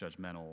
judgmental